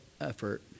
effort